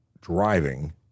driving